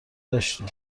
داشتیم